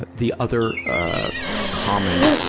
but the other common